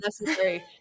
necessary